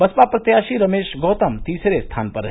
बसपा प्रत्याशी रमेश गौतम तीसरे स्थान पर रहे